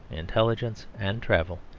intelligence, and travel,